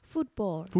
Football